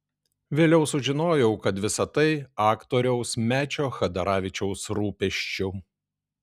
vėliau sužinojau kad visa tai aktoriaus mečio chadaravičiaus rūpesčiu